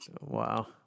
Wow